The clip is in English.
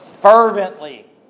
fervently